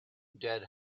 dead